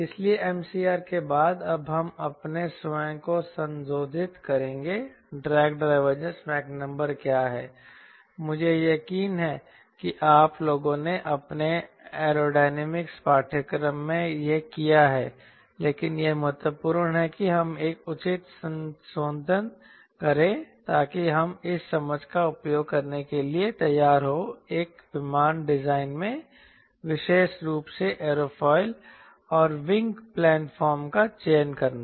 इसलिए MCR के बाद अब हम अपने स्वयं को संशोधित करेंगे ड्रैग डाइवरेज मच नंबर क्या है मुझे यकीन है कि आप लोगों ने अपने एरोडायनामिक्स पाठ्यक्रम में यह किया है लेकिन यह महत्वपूर्ण है कि हम एक उचित संशोधन करें ताकि हम इस समझ का उपयोग करने के लिए तैयार हों एक विमान डिजाइन में विशेष रूप से एयरोफिल और विंग प्लैनफॉर्म का चयन करना